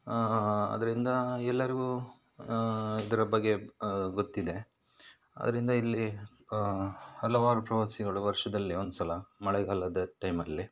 ಅದರಿಂದ ಎಲ್ಲರ್ಗು ಇದರ ಬಗ್ಗೆ ಗೊತ್ತಿದೆ ಅದರಿಂದ ಇಲ್ಲಿ ಹಲವಾರು ಪ್ರವಾಸಿಗಳು ವರ್ಷದಲ್ಲಿ ಒಂದ್ಸಲ ಮಳೆಗಾಲದ ಟೈಮಲ್ಲಿ